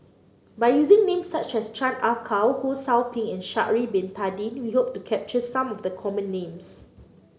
by using names such as Chan Ah Kow Ho Sou Ping and Sha'ari Bin Tadin we hope to capture some of the common names